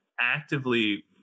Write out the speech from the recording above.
actively